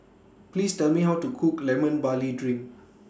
Please Tell Me How to Cook Lemon Barley Drink